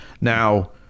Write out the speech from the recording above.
Now